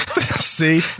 see